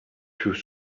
fut